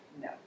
No